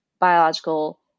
biological